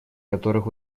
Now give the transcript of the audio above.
которых